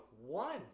one